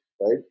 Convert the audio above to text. right